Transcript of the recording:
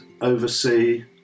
oversee